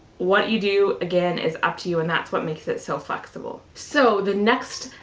what you do, again, is up to you, and that's what makes it so flexible. so the next,